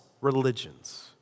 religions